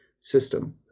system